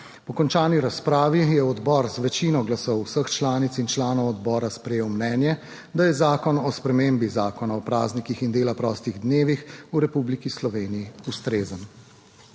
Po končani razpravi je odbor z večino glasov vseh članic in članov odbora sprejel mnenje, da je Zakon o spremembi Zakona o praznikih in dela prostih dnevih v Republiki Sloveniji ustrezen.